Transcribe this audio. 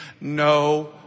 no